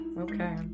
Okay